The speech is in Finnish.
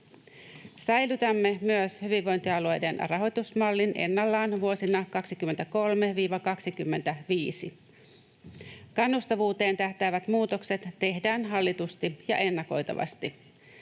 Säilytämme myös hyvinvointialueiden rahoitusmallin ennallaan vuosina 23—25. Kannustavuuteen tähtäävät muutokset tehdään hallitusti ja ennakoitavasti.